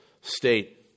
state